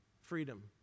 freedom